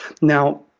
Now